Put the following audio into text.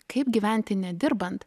kaip gyventi nedirbant